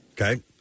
Okay